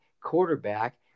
quarterback